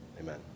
amen